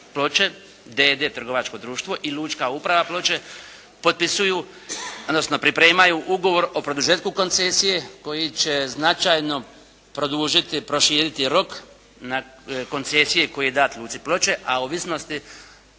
d.d. trgovačko društvo i lučka uprava Ploče potpisuju odnosno pripremaju ugovor o produžetku koncesije koji će značajno produžiti, proširiti rok koncesije koji je dat Luci Ploče a ovisnosti